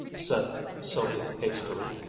said sylvia hastily,